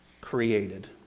created